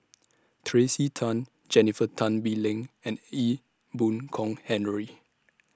Tracey Tan Jennifer Tan Bee Leng and Ee Boon Kong Henry